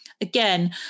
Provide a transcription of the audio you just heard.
again